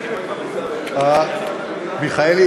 מיכאלי,